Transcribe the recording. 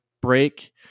break